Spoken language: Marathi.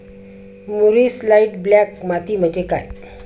मूरिश लाइट ब्लॅक माती म्हणजे काय?